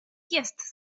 jest